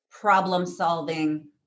problem-solving